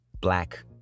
black